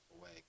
away